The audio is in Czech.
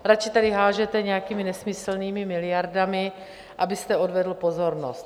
Radši tady házíte nějakými nesmyslnými miliardami, abyste odvedl pozornost.